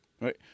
Right